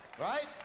Right